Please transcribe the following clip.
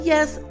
Yes